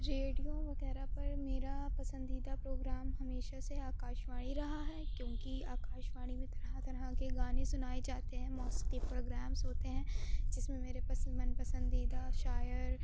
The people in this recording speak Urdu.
ریڈیو وغیرہ پر میرا پسندیدہ پروگرام ہمیشہ سے آکاش وانی رہا ہے کیونکہ آکاش وانی میں طرح طرح کے گانے سنائے جاتے ہیں موسیقی پروگرامس ہوتے ہیں جس میں میرے پس من پسندیدہ شاعر